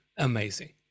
amazing